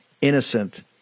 innocent